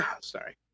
sorry